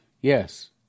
Yes